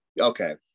Okay